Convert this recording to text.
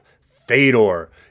Fedor